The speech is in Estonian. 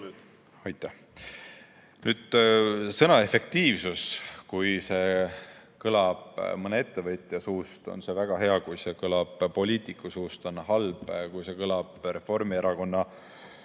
Nüüd sõnast "efektiivsus". Kui see kõlab mõne ettevõtja suust, on väga hea, kui see kõlab poliitiku suust, on halb, kui see kõlab Reformierakonna